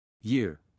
Year